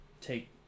take